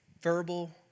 Verbal